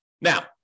Now